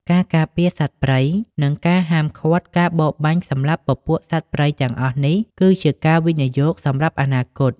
ការការពារសត្វព្រៃ និងការហាមឃាត់ការបរបាញ់សម្លាប់ពពួកសត្វព្រៃទាំងអស់នេះគឺជាការវិនិយោគសម្រាប់អនាគត។